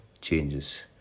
changes